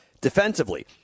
defensively